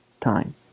time